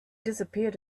disappeared